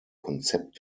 konzept